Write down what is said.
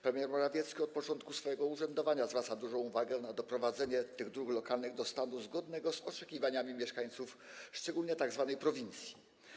Premier Morawiecki od początku swojego urzędowania zwraca dużą uwagę na doprowadzenie tych dróg lokalnych do stanu zgodnego z oczekiwaniami mieszkańców, szczególnie tzw. prowincji.